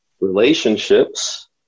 relationships